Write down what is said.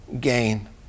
gain